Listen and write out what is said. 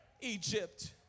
Egypt